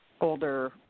older